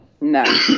no